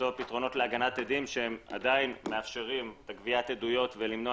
פתרונות להגנת עדים שעדיין מאפשרים גביית עדויות ולמנוע